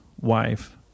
wife